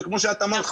וכמו שאת אמרת,